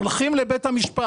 הולכים לבית המשפט,